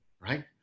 right